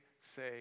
say